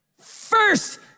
First